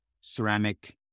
ceramic